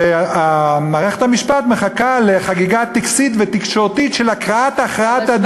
ומערכת המשפט מחכה לחגיגה טקסית ותקשורתית של הקראת הכרעת הדין.